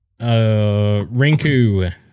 Rinku